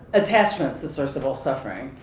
attachment is the source of all suffering.